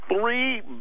three